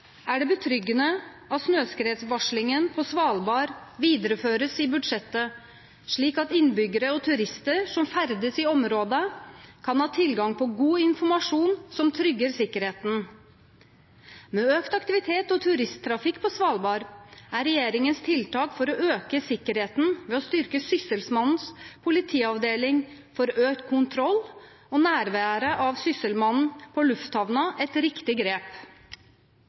er det betryggende at snøskredvarslingen på Svalbard videreføres i budsjettet, slik at innbyggere og turister som ferdes i området, kan ha tilgang på god informasjon som trygger sikkerheten. Med økt aktivitet og turisttrafikk på Svalbard er regjeringens tiltak for å øke sikkerheten ved å styrke Sysselmannens politiavdeling og økt kontroll og nærvær av Sysselmannen på lufthavnen et riktig grep.